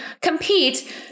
compete